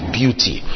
beauty